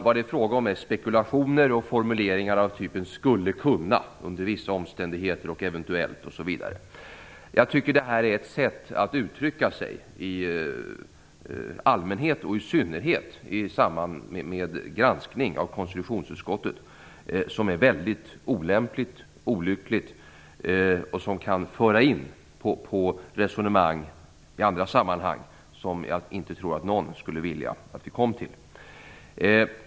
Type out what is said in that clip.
Vad det är fråga om är spekulationer och formuleringar av typen "skulle kunna", "under vissa omständigheter", "eventuellt" osv. Jag tycker i allmänhet att det är ett sätt att uttrycka sig, och i synnerhet i samband med granskning i konstitutionsutskottet, som är väldigt olämpligt och olyckligt och som kan föra in på resonemang i andra sammanhang som jag inte tror att någon skulle vilja att vi kom till.